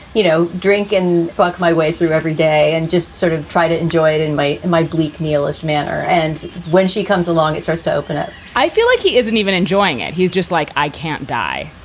you know, drink and fuck my way through every day and just sort of try to enjoy it and my my bleak, needless manner. and when she comes along, it starts to open up i feel like he isn't even enjoying it. he's just like, i can't die.